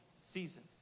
season